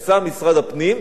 יישא משרד הפנים,